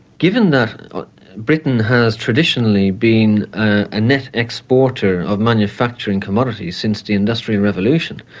given that britain has traditionally been a net exporter of manufacturing commodities since the industrial revolution,